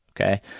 Okay